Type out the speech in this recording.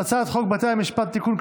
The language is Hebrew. הצעת חוק בתי המשפט (תיקון,